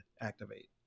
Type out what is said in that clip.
activate